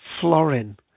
Florin